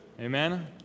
Amen